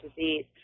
disease